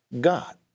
God